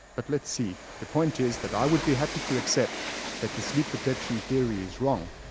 but let's see. the point is that i would be happy to accept that the sleep protection theory is wrong,